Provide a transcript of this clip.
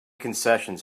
concessions